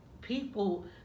people